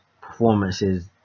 performances